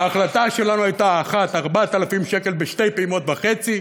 ההחלטה שלנו הייתה: 1. 4,000 שקל בשתי פעימות וחצי,